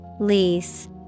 lease